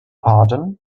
pardon